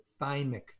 thymic